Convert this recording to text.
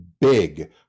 big